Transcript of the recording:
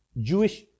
Jewish